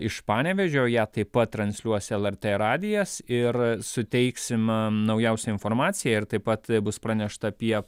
iš panevėžio ją taip pat transliuos lrt radijas ir suteiksim naujausią informaciją ir taip pat bus pranešta apie